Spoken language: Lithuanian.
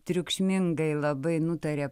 triukšmingai labai nutarė